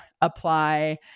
apply